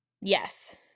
Yes